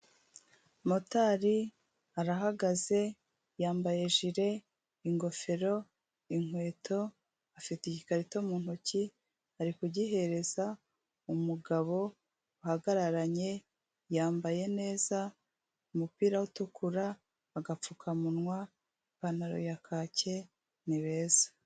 Motari arahagaze yambaye ijire, ingofero, inkweto, afite igikarito mu ntoki, ari kugihereza umugabo uhagararanye, yambaye neza umupira utukura, agapfukamunwa, ipantaro ya kake ni beza.